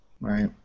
Right